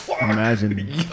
Imagine